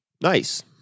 Nice